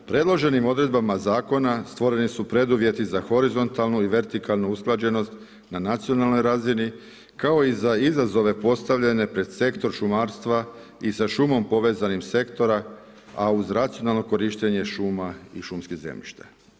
Predloženim odredbama zakona stvoreni su preduvjeti za horizontalnu i vertikalnu usklađenost na nacionalnoj razini kao i za izazove postavljene pred sektor šumarstva i sa šumom povezanih sektora a uz racionalno korištenje šuma i šumskih zemljišta.